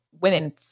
women